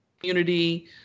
community